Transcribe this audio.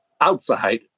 outside